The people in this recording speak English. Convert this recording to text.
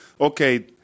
okay